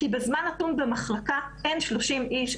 כי בזמן נתון במחלקה אין 30 איש.